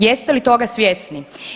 Jeste li toga svjesni?